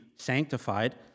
sanctified